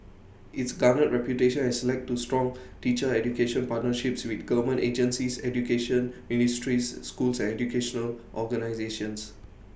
its garnered reputation has led to strong teacher education partnerships with government agencies education ministries schools and educational organisations